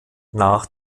nach